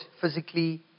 physically